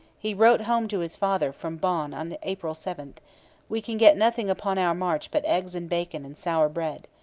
he wrote home to his father from bonn on april seven we can get nothing upon our march but eggs and bacon and sour bread.